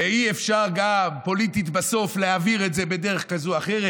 ואי-אפשר פוליטית בסוף להעביר את זה בדרך כזאת או אחרת,